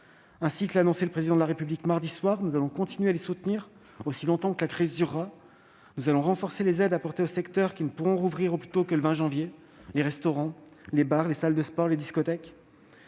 Ainsi que l'a annoncé le Président de la République mardi soir, nous allons continuer à les soutenir aussi longtemps que la crise durera. Nous allons renforcer les aides apportées aux secteurs qui ne pourront rouvrir au plus tôt que le 20 janvier : les restaurants, les bars, les salles de sport, les discothèques.